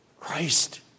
Christ